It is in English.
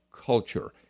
culture